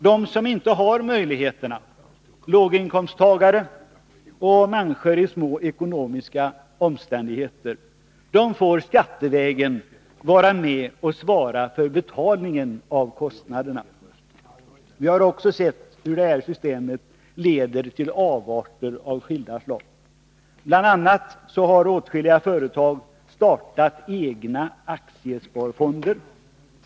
De som inte har de möjligheterna — låginkomsttagare och människor i små ekonomiska omständigheter — får skattevägen vara med och svara för betalningen av kostnaderna. Vi har också sett hur systemet leder till avarter av skilda slag. Bl. a. har åtskilliga företag startat egna aktiesparfonder.